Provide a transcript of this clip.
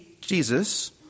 Jesus